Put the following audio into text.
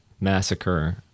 massacre